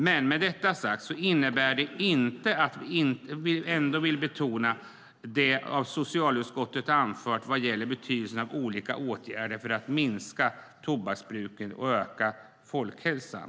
Men detta innebär inte att vi inte vill betona det som socialutskottet anfört om betydelse av olika åtgärder för att minska tobaksbruket och öka folkhälsan.